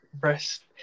Rest